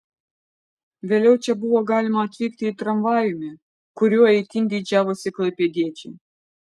vėliau čia buvo galima atvykti ir tramvajumi kuriuo itin didžiavosi klaipėdiečiai